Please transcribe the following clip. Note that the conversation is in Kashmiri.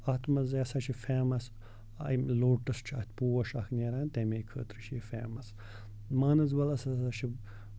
اَتھ منٛز یہِ ہسا چھُ فیمَس یِم لوٹس چھُ اَتھ پوش اکھ نیران تَمے خٲطرٕ چھُ یہِ فیمَس مانَسبلس ہسا چھُ